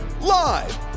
Live